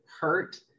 hurt